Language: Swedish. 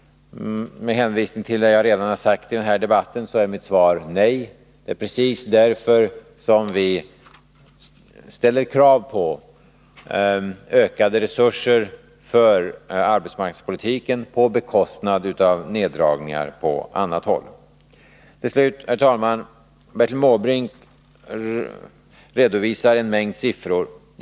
Med hänvisning till det jag redan har sagt i den här debatten är mitt svar nej. Det är precis därför som vi ställer krav på ökade resurser för arbetsmarknadspolitiken på bekostnad av neddragningar på annat håll. Herr talman! Bertil Måbrink redovisar en mängd siffror.